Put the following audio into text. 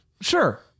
Sure